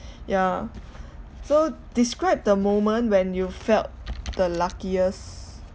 ya so describe the moment when you felt the luckiest